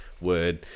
word